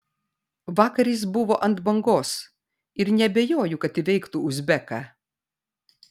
vakar jis buvo ant bangos ir neabejoju kad įveiktų uzbeką